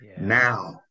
Now